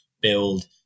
build